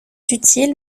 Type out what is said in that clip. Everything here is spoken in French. utile